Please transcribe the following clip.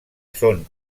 són